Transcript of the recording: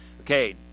Okay